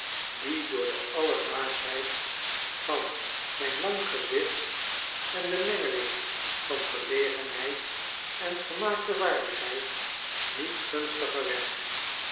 die door de alledaagschheid van zijn lang gezicht en de mengeling van verlegenheid en gemaakte waardigheid niet gunstiger werd